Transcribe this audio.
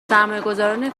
سرمایهگذاران